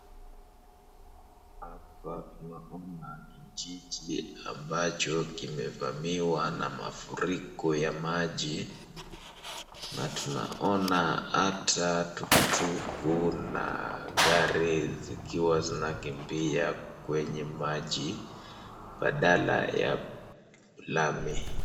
Hapa tunaona kijiji ambacho kimevamiwa na mafuriko ya maji na tunaona hata tukutuku na gari zikiwa zinakimbia kwa maji badala ya lami